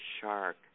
shark